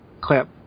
clip